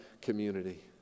community